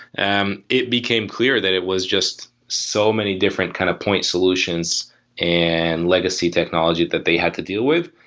and it became clear that it was just so many different kind of point solution so and legacy technology that they had to deal with,